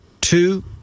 two